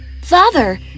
Father